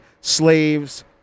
slaves